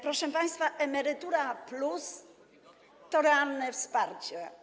Proszę państwa, „Emerytura+” to realne wsparcie.